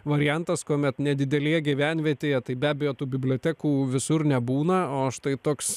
variantas kuomet nedidelėje gyvenvietėje tai be abejo tų bibliotekų visur nebūna o štai toks